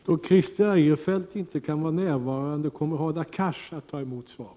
é å 3 « representation i dotter Då Christer Eirefelt inte kan vara närvarande kommer Hadar Cars att ta Ag